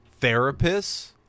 therapists